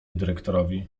dyrektorowi